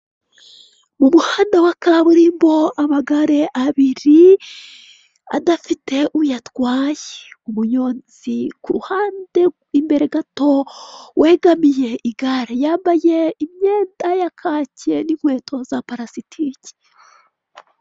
Mu muhanda wa kaburimbo amagare abiri adafite uyatwaye. Umunyozi kuruhande imbere gato wegamiye igare yambaye imyenda ya kacye n'inkweto za parasitike.